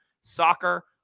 Soccer